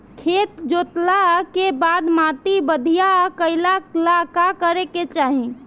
खेत जोतला के बाद माटी बढ़िया कइला ला का करे के चाही?